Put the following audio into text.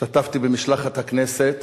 השתתפתי במשלחת הכנסת